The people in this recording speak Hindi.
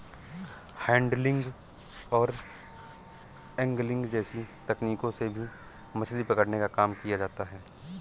हैंडलिंग और एन्गलिंग जैसी तकनीकों से भी मछली पकड़ने का काम किया जाता है